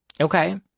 Okay